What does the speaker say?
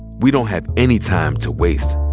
we don't have any time to waste.